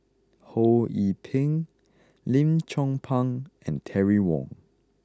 Ho Yee Ping Lim Chong Pang and Terry Wong